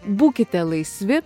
būkite laisvi